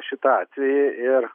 šitą atvejį ir